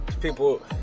people